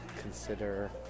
consider